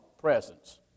presence